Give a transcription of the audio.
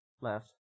left